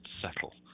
settle